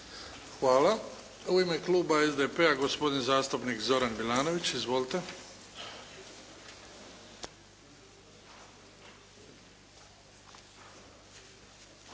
Hvala. U ime kluba SDP-a gospodin zastupnik Zoran Milanović. Izvolite.